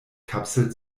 kapsel